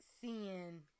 seeing